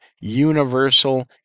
universal